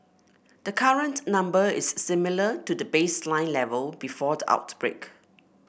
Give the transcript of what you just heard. the current number is similar to the baseline level before the outbreak